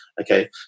okay